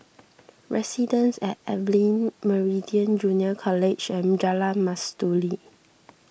Residences at Evelyn Meridian Junior College and Jalan Mastuli